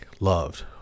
loved